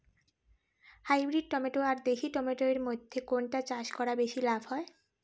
Hybrid tomato আর দেশি tomato এর মইধ্যে কোনটা চাষ করা বেশি লাভ হয়?